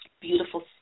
beautiful